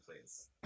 please